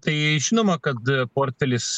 tai žinoma kad portfelis